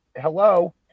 hello